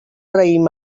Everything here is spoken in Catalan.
raïm